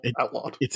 Outlawed